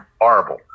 horrible